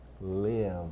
live